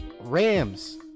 Rams